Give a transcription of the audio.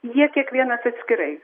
jie kiekvienas atskirai